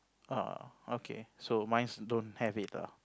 uh okay so mine's don't have it ah